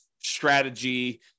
strategy